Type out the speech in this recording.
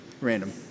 random